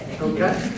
Okay